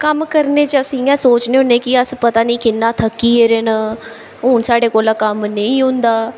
कम्म करने च अस इ'यां सोच्चने होन्ने कि अस पता निं किन्ना थक्की गेदे न हून साढ़े कोला कम्म निं होंदा